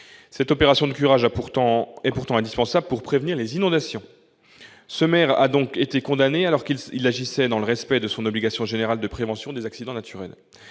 Cette opération de curage est pourtant indispensable pour prévenir les inondations. Ce maire a donc été condamné alors qu'il agissait dans le respect de son obligation générale de prévention des accidents naturels.